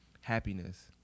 happiness